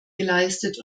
geleistet